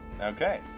Okay